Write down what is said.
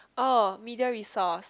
oh media resource